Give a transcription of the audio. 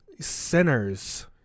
sinners